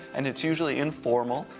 and it's usually informal,